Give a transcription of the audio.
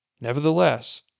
Nevertheless